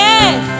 Yes